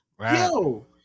Yo